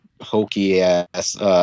hokey-ass